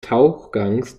tauchgangs